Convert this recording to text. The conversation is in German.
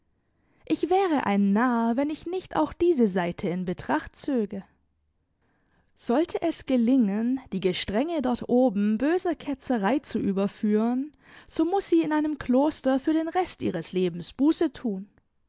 ich wäre ein narr wenn ich nicht auch diese seite in betracht zöge sollte es gelingen die gestrenge dort oben böser ketzerei zu überführen so muß sie in einem kloster für den rest ihres lebens buße tun